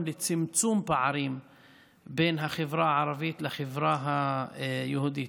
לצמצום פערים בין החברה הערבית לחברה היהודית.